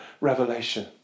revelation